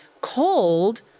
cold